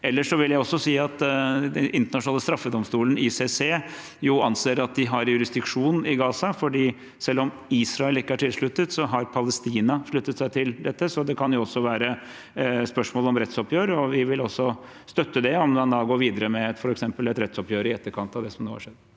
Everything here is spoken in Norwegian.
vil jeg si at den internasjonale straffedomstolen, ICC, anser at de har jurisdiksjon i Gaza, for selv om Israel ikke er tilsluttet, har Palestina sluttet seg til dette. Så det kan også være spørsmål om rettsoppgjør, og vi vil støtte det om man går videre med f.eks. et rettsoppgjør i etterkant av det som nå skjer